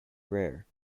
rare